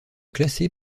classé